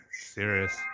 Serious